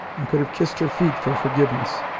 and could have kissed her feet for forgiveness.